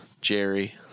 Jerry